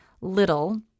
little